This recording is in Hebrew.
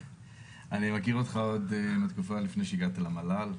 אני מכיר אותך עוד מהתקופה לפני שהגעת למל"ל.